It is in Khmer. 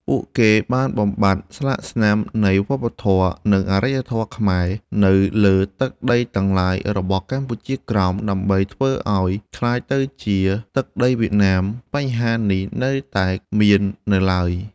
ពួកគេបានបំបាត់ស្លាកស្នាមនៃវប្បធម៌ និងអារ្យធម៌ខ្មែរ នៅលើទឹកដីទាំងឡាយ របស់កម្ពុជាក្រោម ដើម្បីធ្វើឱ្យក្លាយទៅជាទឹកដីវៀតណាម បញ្ហានេះនៅតែមាននៅឡើយ ។